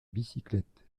bicyclette